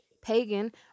Pagan